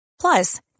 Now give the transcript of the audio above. Plus